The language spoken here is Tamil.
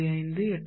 5 8131